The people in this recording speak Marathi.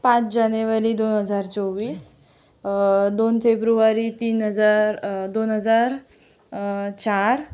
पाच जानेवारी दोन हजार चोवीस दोन फेब्रुवारी तीन हजार दोन हजार चार